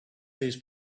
these